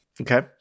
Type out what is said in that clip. Okay